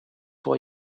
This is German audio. vor